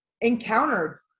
encountered